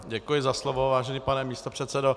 Děkuji za slovo, vážený pane místopředsedo.